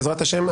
בעזרת השם,